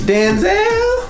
Denzel